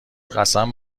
قسم